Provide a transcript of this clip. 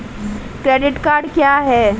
Credit card क्या है?